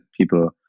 people